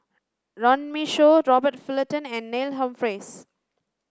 Runme Shaw Robert Fullerton and Neil Humphreys